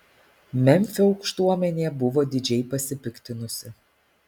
memfio aukštuomenė buvo didžiai pasipiktinusi